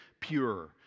pure